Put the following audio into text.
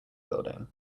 building